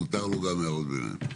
מותר לו גם הערות ביניים.